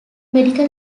medical